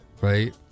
Right